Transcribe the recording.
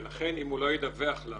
ולכן, אם הוא לא ידווח לנו